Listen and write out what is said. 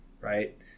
right